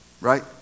Right